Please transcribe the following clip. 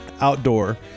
outdoor